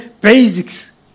basics